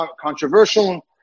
controversial